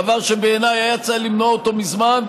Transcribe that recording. דבר שבעיניי היה צריך למנוע אותו מזמן.